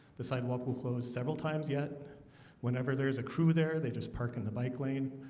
the sidewalk will close several times yet whenever there is a crew there they just parking the bike lane.